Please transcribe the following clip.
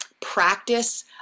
practice